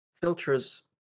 filters